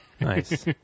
Nice